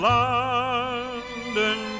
London